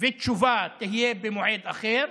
ותשובה במועד אחר,